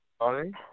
Sorry